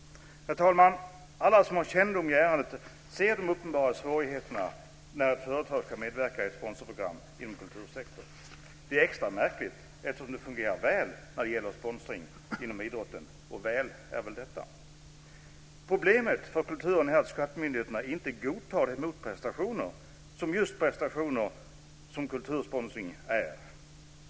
Herr talman! Alla som har kännedom i ärendet ser de uppenbara svårigheterna när ett företag ska medverka i ett sponsorprogram inom kultursektorn. Det är extra märkligt eftersom det fungerar väl när det gäller sponsring inom idrotten - och väl är väl det. Problemet för kulturen är att skattemyndigheterna inte godtar de motprestationer som just prestationer som kultursponsring är.